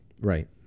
Right